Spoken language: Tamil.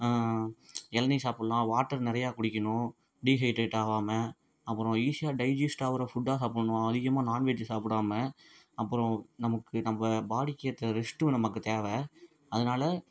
இளநீ சாப்பிட்லாம் வாட்டர் நிறையா குடிக்கணும் டீஹைட்ரேட் ஆகாம அப்புறம் ஈஸியாக டைஜிஸ்ட் ஆகுற ஃபுட்டாக சாப்பிட்ணும் அதிகமாக நான் வெஜ்ஜு சாப்பிடாம அப்புறம் நமக்கு நம்ப பாடிக்கு ஏற்ற ரெஸ்ட்டும் நமக்கு தேவை அதனாலே